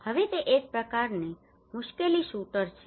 હવે તે એક પ્રકારનો મુશ્કેલી શૂટર છે